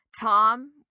tom